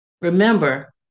Remember